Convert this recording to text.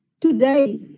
today